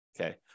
okay